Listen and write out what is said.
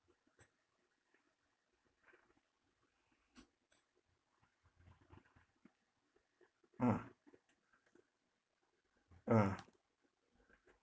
ah ah